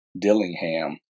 Dillingham